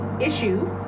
issue